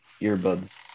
earbuds